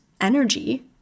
energy